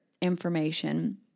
information